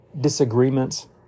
disagreements